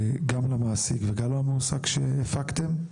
גם למעסיק וגם למועסק שהפקתם,